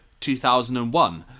2001